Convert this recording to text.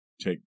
Take